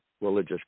religious